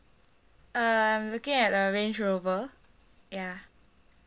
uh I'm looking at a range rover ya